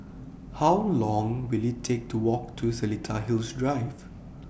How Long Will IT Take to Walk to Seletar Hills Drive